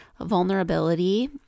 vulnerability